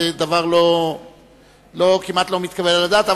זה דבר כמעט לא מתקבל על הדעת.